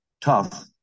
tough